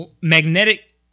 magnetic